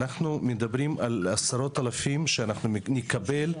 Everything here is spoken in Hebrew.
אנו מדברים על עשרות אלפים שנקבל,